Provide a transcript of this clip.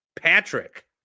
Patrick